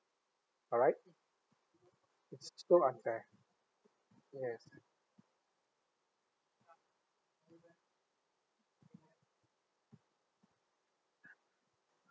alright it's so unfair yes